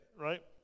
right